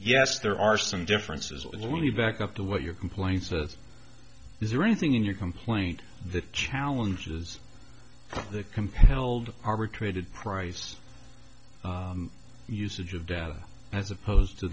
yes there are some differences in the money back up to what your complaints that is there anything in your complaint that challenges the compelled arbitrated price usage of data as opposed to